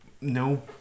No